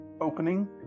opening